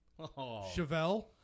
Chevelle